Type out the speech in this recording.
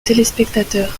téléspectateurs